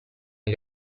gli